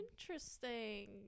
Interesting